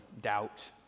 doubt